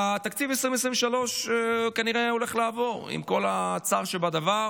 תקציב 2023 כנראה הולך לעבור, עם כל הצער שבדבר,